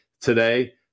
today